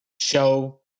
show